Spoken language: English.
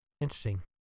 Interesting